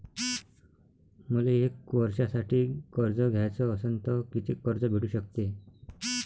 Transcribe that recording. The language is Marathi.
मले एक वर्षासाठी कर्ज घ्याचं असनं त कितीक कर्ज भेटू शकते?